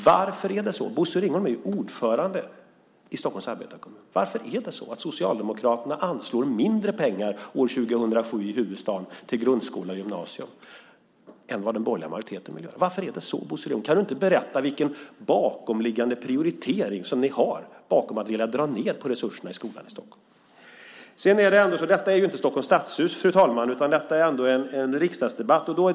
Varför vill Socialdemokraterna anslå mindre pengar år 2007 i huvudstaden till grundskolan och gymnasiet än vad den borgerliga majoriteten vill göra? Bosse Ringholm är ju ordförande i Stockholms arbetarekommun. Kan du inte berätta vilken bakomliggande prioritering som ni har när ni vill dra ned på resurserna i skolan i Stockholm? Fru talman! Detta är ju inte en debatt i Stockholms stadshus, utan detta är en riksdagsdebatt.